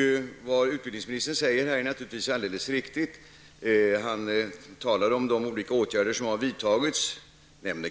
Det som utbildningsministern sade är naturligtvis alldeles riktigt. Han talade om de olika åtgärder som har vidtagits. Det gäller